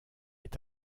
est